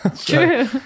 true